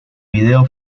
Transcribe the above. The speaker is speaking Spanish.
video